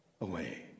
away